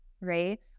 right